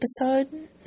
episode